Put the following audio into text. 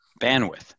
bandwidth